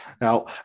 now